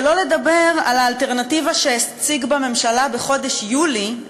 שלא לדבר על האלטרנטיבה שהציג בממשלה בחודש יולי,